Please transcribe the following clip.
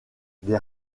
des